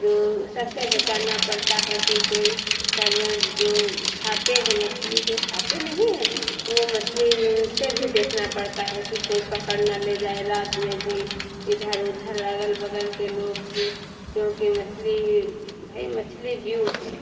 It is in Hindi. जो सबसे बचाना पड़ता है कि कोई सब जो खाते हैं मछली जो खाते नहीं हैं वो मछली जो उनसे भी देखना पड़ता है कि कोई पकड़ ना ले जाए रात में भी इधर उधर अगल बगल के लोग भी क्योंकि मछली भाई मछली जीव है